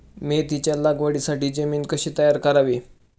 मेथीच्या लागवडीसाठी जमीन कशी तयार करावी?